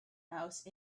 house